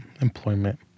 Employment